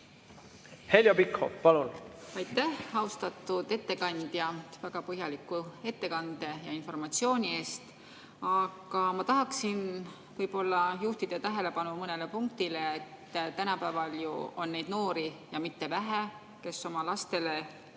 Heljo Pikhof, palun!